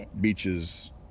beaches